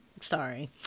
Sorry